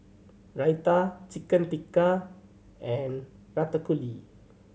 Raita Chicken Tikka and Ratatouille